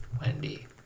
Wendy